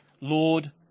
Lord